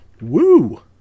Woo